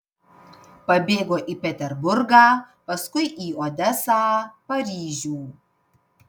pabėgo į peterburgą paskui į odesą paryžių